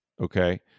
okay